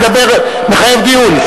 מחייב דיון.